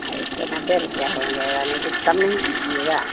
और एक सौ नब्बे रुपया हो जाएगा नहीं कुछ कम नहीं कीजिएगा